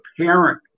parent